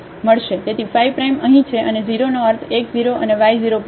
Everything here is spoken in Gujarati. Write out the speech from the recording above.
તેથી phi prime અહીં છે અને 0 નો અર્થ x 0 અને y 0 પોઇન્ટ છે